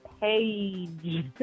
page